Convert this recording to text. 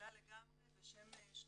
רגילה לגמרי, בשם "שחקים"